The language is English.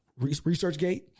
ResearchGate